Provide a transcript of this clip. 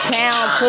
town